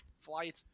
flight